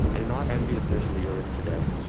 i do not envy the position that you're in today,